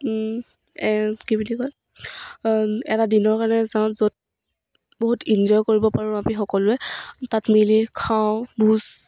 কি বুলি কয় এটা দিনৰ কাৰণে যাওঁ য'ত বহুত ইনজয় কৰিব পাৰোঁ আমি সকলোৱে তাত মিলি খাওঁ ভোজ